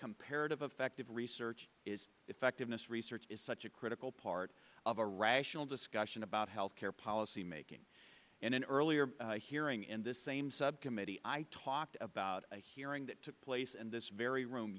comparative affective research is effectiveness research is such a critical part of a rational discussion about health care policy making in an earlier hearing in this same subcommittee i talked about a hearing that took place and this very room